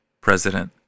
president